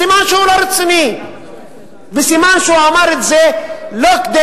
סימן שהוא לא רציני וסימן שהוא אמר את זה לא כדי